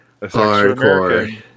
Hardcore